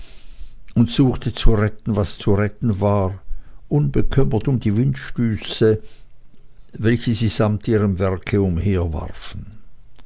und suchte zu retten was zu retten war unbekümmert um die windstöße welche sie samt ihrem werke